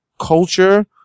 culture